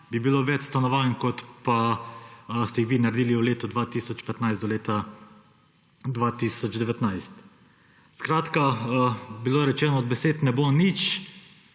bi bilo več stanovanj, kot pa ste jih vi naredili v letu 2015 do leta 2019. Skratka, bilo je rečeno, da od besed ne bo nič.